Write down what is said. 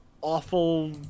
awful